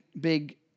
big